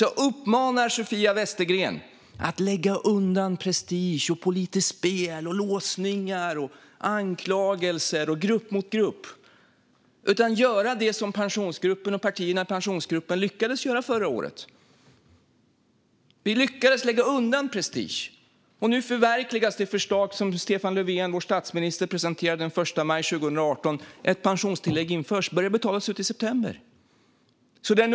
Jag uppmanar Sofia Westergren att lägga undan prestige, politiskt spel, låsningar och anklagelser och sluta ställa grupp mot grupp och i stället göra det som Pensionsgruppen och de partier som ingår där lyckades med förra året. Vi lyckades lägga undan prestigen, och nu förverkligas det förslag som Stefan Löfven, vår statsminister, presenterade den 1 maj 2018. Ett pensionstillägg införs och börjar betalas ut i september.